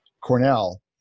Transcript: Cornell